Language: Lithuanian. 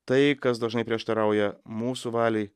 tai kas dažnai prieštarauja mūsų valiai